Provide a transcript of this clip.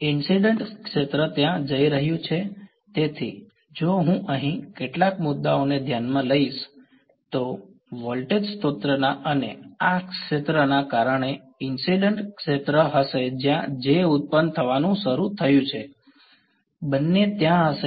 incident ક્ષેત્ર ત્યાં જઈ રહ્યું છે તેથી જો હું અહીં કેટલાક મુદ્દાને ધ્યાનમાં લઈશ તો વોલ્ટેજ સ્ત્રોતના અને આ ક્ષેત્રના કારણે ઈન્સિડ્ન્ટ ક્ષેત્ર હશે જ્યાં J ઉત્પન્ન થવાનું શરૂ થયું છે બંને ત્યાં હશે